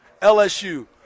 LSU